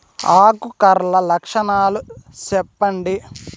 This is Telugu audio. ఆకు కర్ల లక్షణాలు సెప్పండి